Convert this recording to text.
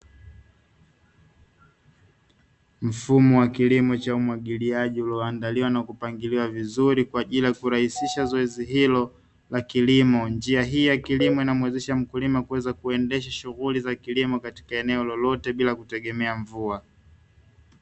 Mfumo wa kilimo cha umwagiliaji, ulioandaliwa na kupangiliwa vizuri kwa ajili ya kurahisisha zoezi hilo la kilimo. Njia hii ya kilimo inamuwezesha mkulima kuweza kuendesha shughuli za kilimo katika eneo lolote, bila kutegemea mvua.